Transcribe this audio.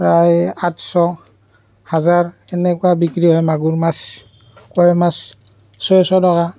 প্ৰায় আঠশ হাজাৰ এনেকুৱা বিক্ৰী হয় মাগুৰ মাছ কৱৈ মাছ ছয়শ টকা